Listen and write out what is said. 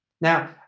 Now